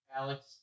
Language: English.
Alex